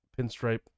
pinstripe